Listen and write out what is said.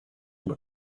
über